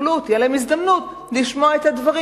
תהיה להם הזדמנות לשמוע את הדברים.